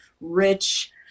rich